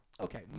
okay